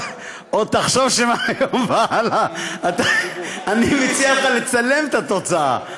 עוד תחשוב שמהיום והלאה אני מציע לך לצלם את התוצאה.